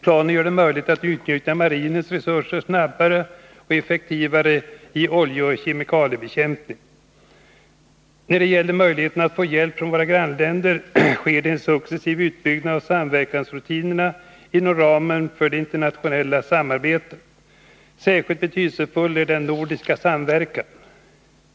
Planen gör det möjligt att utnyttja marinens resurser snabbare och effektivare i oljeoch kemikaliebekämpningen. När det gäller möjligheterna att få hjälp från våra grannländer sker det en successiv uppbyggnad av samverkansrutinerna inom ramen för det internationella samarbetet. Särskilt betydelsefull är den nordiska samverkan.